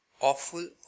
awful